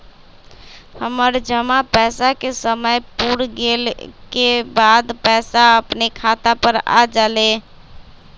हमर जमा पैसा के समय पुर गेल के बाद पैसा अपने खाता पर आ जाले?